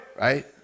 right